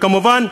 כמובן,